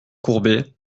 courbet